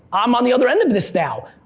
i'm on the other end of this now.